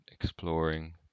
exploring